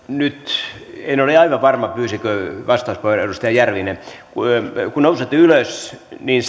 nyt en ole aivan varma pyysikö edustaja järvinen vastauspuheenvuoron kun nousette ylös niin